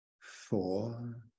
four